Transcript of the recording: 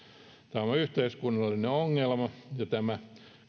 on yhteiskunnallinen ongelma ja tämä